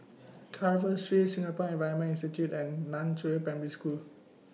Carver Street Singapore Environment Institute and NAN Chiau Primary School